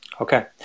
Okay